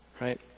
right